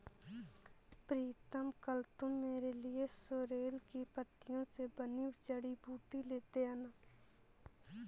प्रीतम कल तू मेरे लिए सोरेल की पत्तियों से बनी जड़ी बूटी लेते आना